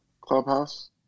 Clubhouse